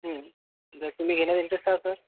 जर तुम्ही घेण्यात इंटरेस्ट आहात सर